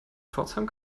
pforzheim